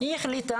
היא החליטה